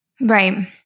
Right